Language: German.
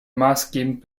maßgebend